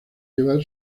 llevar